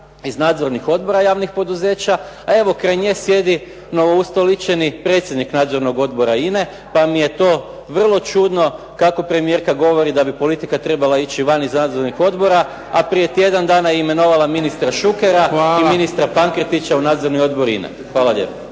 iz nadzornih odbora poduzeća a evo kraj nje sjedi novoustoličeni predsjednik nadzornog odbora INA-e, pa mi je to vrlo čudno kako premijerka govori da bi politika trebala ići van iz nadzornih odbora, a prije tjedan dana je imenovala ministra Šukera i ministra Pankretića u nadzorni odbor INA-e. Hvala lijepo.